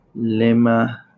Lema